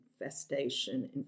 infestation